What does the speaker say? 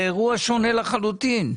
זה אירוע שונה לחלוטין.